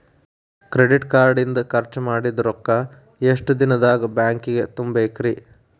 Credit card ಇಂದ್ ಖರ್ಚ್ ಮಾಡಿದ್ ರೊಕ್ಕಾ ಎಷ್ಟ ದಿನದಾಗ್ ಬ್ಯಾಂಕಿಗೆ ತುಂಬೇಕ್ರಿ?